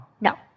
no